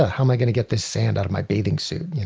ah how am i going to get this sand out of my bathing suit. yeah